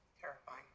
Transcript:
Terrifying